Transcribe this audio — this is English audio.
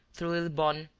through lillebonne,